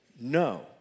no